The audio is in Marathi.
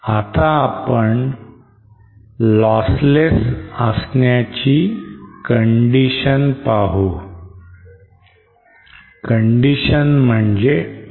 आता आपण lossless असण्याची condition पाहू